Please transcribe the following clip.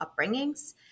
upbringings